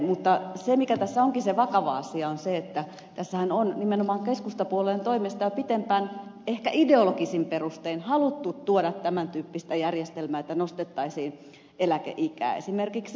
mutta se mikä tässä onkin se vakava asia on se että tässähän on nimenomaan keskustapuolueen toimesta jo pitempään ehkä ideologisin perustein haluttu tuoda tämän tyyppistä järjestelmää että nostettaisiin eläkeikää esimerkiksi